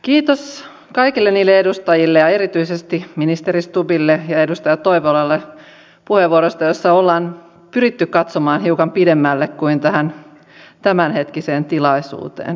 kiitos kaikille edustajille ja erityisesti ministeri stubbille ja edustaja toivolalle puheenvuoroista joissa ollaan pyritty katsomaan hiukan pidemmälle kuin tähän tämänhetkiseen tilanteeseen